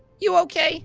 you ok